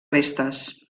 restes